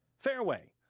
fareway,